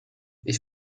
ich